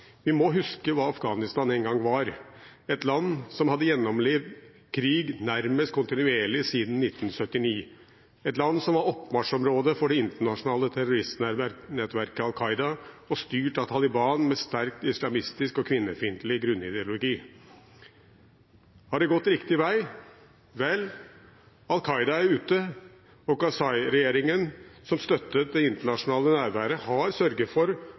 Vi må huske hva Afghanistan en gang var: et land som hadde gjennomlevd krig nærmest kontinuerlig siden 1979, et land som var oppmarsjområde for det internasjonale terroristnettverket Al Qaida, og styrt av Taliban med sterkt islamistisk og kvinnefiendtlig grunnideologi. Har det gått riktig vei? Vel, Al Qaida er ute, og Karzai-regjeringen, som støttet det internasjonale nærværet, har sørget for